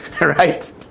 Right